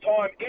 time